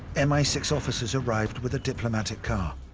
m i six officers arrived with a diplomatic car.